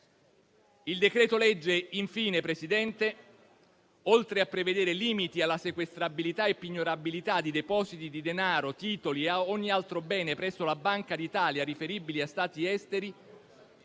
Il decreto-legge infine, signor Presidente, oltre a prevedere limiti alla sequestrabilità e pignorabilità di depositi di denaro, titoli e ogni altro bene presso la Banca d'Italia riferibili a Stati esteri,